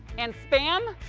and spam?